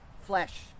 flesh